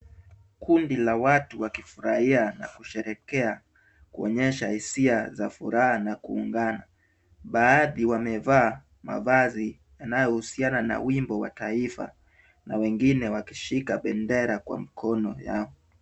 Kundi la watu wakifurahia na kusherehekea kuonyesha hisia za furaha na kuungana. Baadhi wamevaa mavazi yanayohusiana na wimbo wa taifa na wengine wakishika bendera kwa mkono yao.